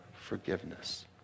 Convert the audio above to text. forgiveness